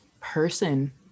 person